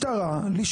הטרדות מיניות,